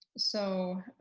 so,